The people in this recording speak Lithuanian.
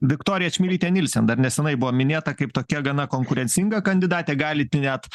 viktorija čmilytė nielsen dar nesenai buvo minėta kaip tokia gana konkurencinga kandidatė galite net